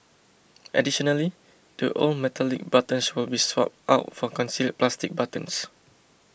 additionally the old metallic buttons will be swapped out for concealed plastic buttons